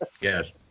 Yes